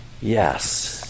Yes